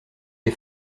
est